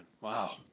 wow